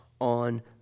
on